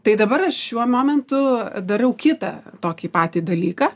tai dabar aš šiuo momentu darau kitą tokį patį dalyką